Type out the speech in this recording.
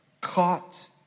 caught